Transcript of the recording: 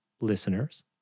listeners